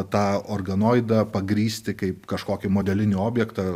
tą organoidą pagrįsti kaip kažkokį modelinį objektą